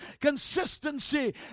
consistency